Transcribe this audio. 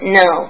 no